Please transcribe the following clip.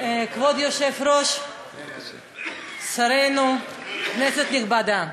כבוד היושב-ראש, שרינו, כנסת נכבדה,